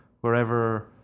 wherever